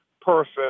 person